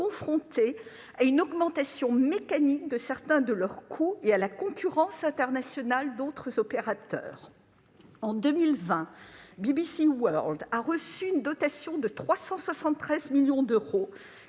confrontées à une augmentation mécanique de certains de leurs coûts et à la concurrence internationale d'autres opérateurs. En 2020, a reçu une dotation de 373 millions d'euros,